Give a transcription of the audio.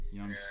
Young